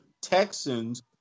Texans